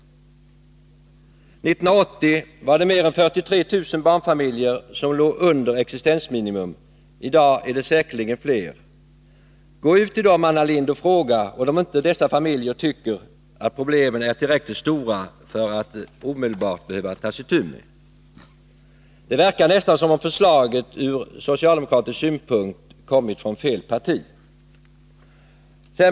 År 1980 levde mer än 43 000 barnfamiljer under existensminimum. I dag är det säkerligen fler som gör det. Gå ut till dessa familjer, Anna Lindh, och fråga om de inte tycker att problemen är tillräckligt stora för att man omedelbart skall ta itu med dem. Det verkar som om förslaget, ur socialdemokratisk synpunkt, lagts fram av fel parti.